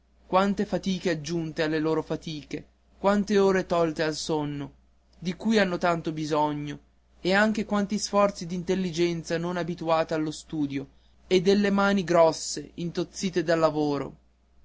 quante fatiche aggiunte alle loro fatiche quante ore tolte al sonno di cui hanno tanto bisogno e anche quanti sforzi dell'intelligenza non abituata allo studio e delle mani grosse intozzite dal lavoro